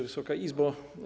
Wysoka Izbo!